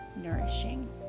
nourishing